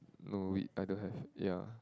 no we I don't have ya